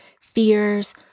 fears